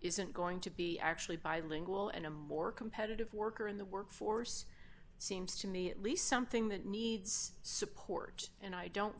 isn't going to be actually bilingual and a more competitive worker in the workforce seems to me at least something that needs support and i don't